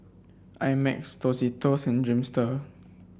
I Max Tostitos Dreamster